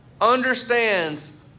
understands